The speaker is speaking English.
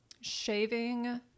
shaving